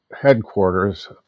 headquarters